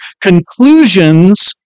conclusions